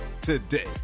today